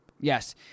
Yes